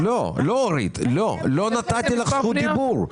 אורית, לא נתתי לך רשות דיבור.